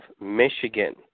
Michigan